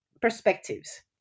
perspectives